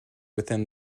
within